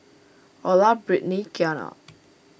Orla Britni Kiana